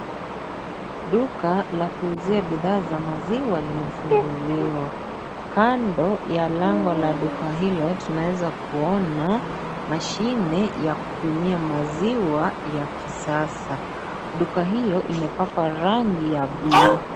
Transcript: Duka la kuuzia bidhaa za kuuzia bidhaa za maziwa limefunguliwa, kando ya lango la duka hilo tunaeza kuona mashine ya kupimia maziwa ya kisasa, duka hiyo imepakwa rangi ya bulu.